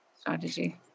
strategy